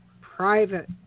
Private